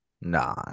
Nah